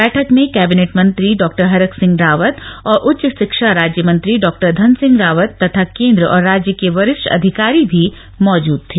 बैठक में कैबिनेट मंत्री डॉ हरक सिंह रावत और उच्च शिक्षा राज्य मंत्री डॉ धन सिंह रावत तथा केंद्र और राज्य के वरिष्ठ अधिकारी भी मौजूद थे